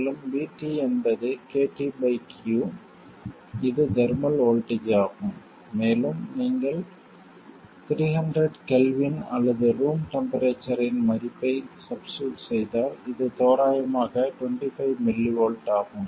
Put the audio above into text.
மேலும் Vt என்பது KTq இது தெர்மல் வோல்ட்டேஜ் ஆகும் மேலும் நீங்கள் 300 கெல்வின் அல்லது ரூம் டெம்பெரேச்சர் இன் மதிப்பை சப்ஸ்டியூட் செய்தால் இது தோராயமாக 25mV ஆகும்